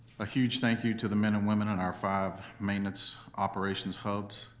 a huge thank you to the men and women on our five maintenance operations hubs.